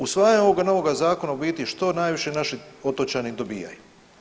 Usvajanjem ovoga novog zakona u biti što najviše naši otočani dobijaju?